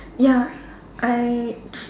ya I